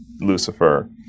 lucifer